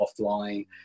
offline